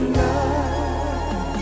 love